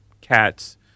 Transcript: cat's